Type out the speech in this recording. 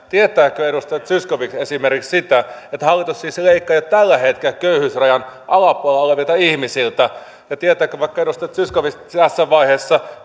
tietääkö edustaja zyskowicz esimerkiksi sitä että hallitus siis leikkaa jo tällä hetkellä köyhyysrajan alapuolella olevilta ihmisiltä ja tietääkö vaikka edustaja zyskowicz tässä vaiheessa